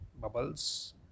Bubbles